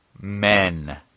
men